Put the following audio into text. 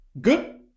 good